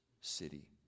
city